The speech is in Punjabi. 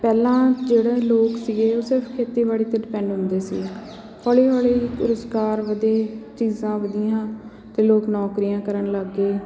ਪਹਿਲਾਂ ਜਿਹੜੇ ਲੋਕ ਸੀਗੇ ਉਹ ਸਿਰਫ਼ ਖੇਤੀਬਾੜੀ 'ਤੇ ਡਿਪੈਡ ਹੁੰਦੇ ਸੀ ਹੌਲੀ ਹੌਲੀ ਰੁਜ਼ਗਾਰ ਵਧੇ ਚੀਜ਼ਾਂ ਵਧੀਆਂ ਅਤੇ ਲੋਕ ਨੌਕਰੀਆਂ ਕਰਨ ਲੱਗ ਗਏ